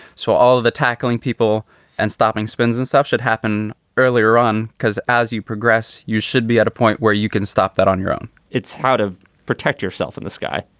so all of the tackling people and stopping spins and stuff should happen earlier on, because as you progress, you should be at a point where you can stop that on your own it's how to protect yourself in the sky.